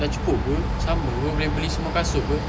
dah cukup [pe] sama [pe] boleh beli semua kasut [pe]